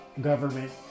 government